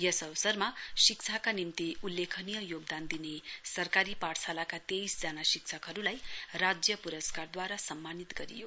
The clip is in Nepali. यस अवसरमा शिक्षाका निम्ति उल्लेखनीय योगदान दिने सरकारी पाठशालाका तेइस जना शिक्षकहरूरलाई राज्य पुरस्कारद्वारा सम्मानित गरियो